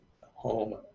home